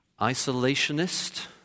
isolationist